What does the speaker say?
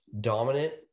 dominant